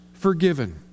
forgiven